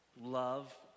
love